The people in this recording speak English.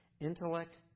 Intellect